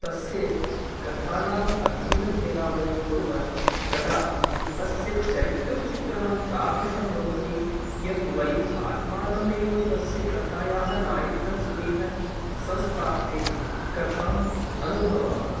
तस्य कथानां अध्ययनं यदा वयं कुर्मः तदा तस्य चरित्रचित्रणं तादृशं भवति यद् वयं आत्मानं एव तस्य कथायाः नायकत्वेन संस्थाप्य कथां अनुभवामः